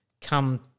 come